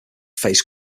faced